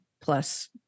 plus